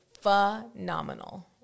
phenomenal